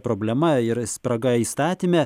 problema ir spraga įstatyme